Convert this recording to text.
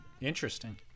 interesting